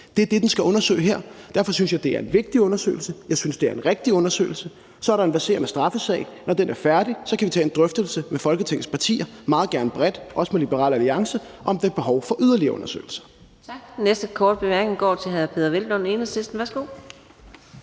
Det er det, der skal undersøges her. Derfor synes jeg, det er en vigtig undersøgelse. Jeg synes, det er en rigtig undersøgelse. Så er der en verserende straffesag. Når den er færdig, kan vi tage en drøftelse med Folketingets partier – meget gerne bredt, også med Liberal Alliance – om, om der er behov for yderligere undersøgelser.